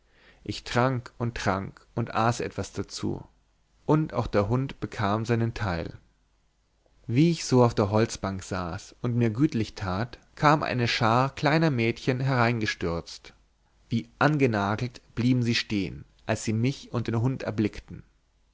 ich trank und trank und aß etwas dazu und auch der hund bekam seinen teil wie ich so auf der holzbank saß und mir gütlich tat kam eine schar kleiner mädchen hereingestürzt wie angenagelt blieben sie stehen als sie mich und den hund erblickten